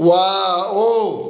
wow